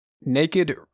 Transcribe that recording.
Naked